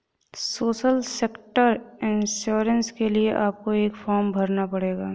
social sector insurance के लिए आपको एक फॉर्म भरना पड़ेगा